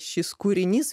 šis kūrinys